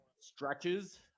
stretches